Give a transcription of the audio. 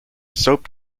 soap